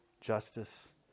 Justice